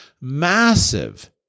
massive